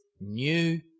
new